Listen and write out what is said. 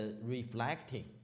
reflecting